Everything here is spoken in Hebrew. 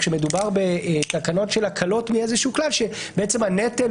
כשמדובר בתקנות של הקלות מאיזה שהוא כלל שבעצם הנטל